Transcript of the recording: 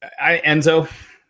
Enzo